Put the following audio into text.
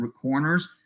corners